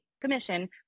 commission